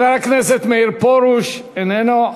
חבר הכנסת מאיר פרוש, איננו.